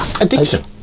Addiction